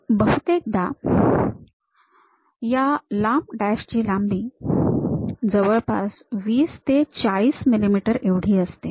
बहुतेकदा या लांब डॅश ची लांबी जवळपास २० ते ४० मिमी एवढी असते